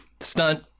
Stunt